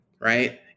right